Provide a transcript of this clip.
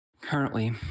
Currently